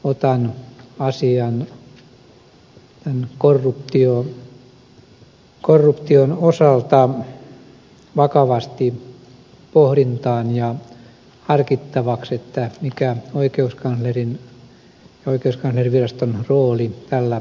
otan asian korruption osalta vakavasti pohdintaan ja harkittavaksi mikä oikeuskanslerin ja oikeuskanslerinviraston rooli päälle